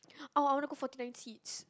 orh I want to go Forty Nine Seats